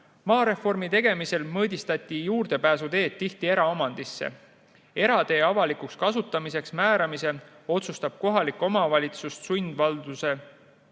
Maareformi tegemisel mõõdistati juurdepääsuteed tihti nii, et nad jäid eraomandisse. Eratee avalikuks kasutamiseks määramise otsustab kohalik omavalitsus sundvalduse seadmise